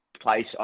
place